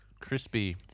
crispy